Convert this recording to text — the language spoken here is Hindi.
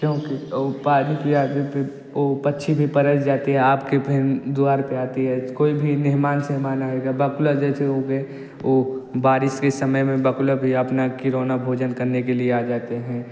क्योंकि वह पानी पिया देते हैं फिर वह पक्षी भी परक जाती है आपके फिर आपके द्वार पर आती है कोई भी मेहमान सेहमान आयें बगुला जैसे हो गए वह बारिश के समय में बगुला भी अपना खिलौना भोजन करने के लिए आ जाते हैं